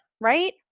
right